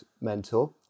mentor